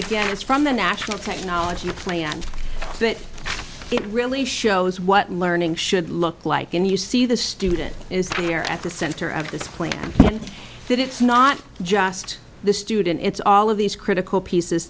gets from the national technology play and that it really shows what learning should look like and you see the student is here at the center of a it's plain that it's not just the student it's all of these critical pieces